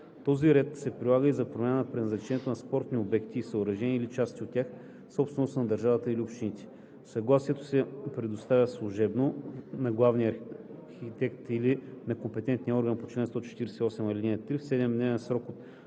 Този ред се прилага и за промяната на предназначението на спортни обекти и съоръжения или на части от тях, собственост на държавата или общините. Съгласието се предоставя служебно на главния архитект или на компетентния орган по чл. 148, ал. 3. В 7-дневен срок от